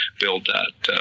build that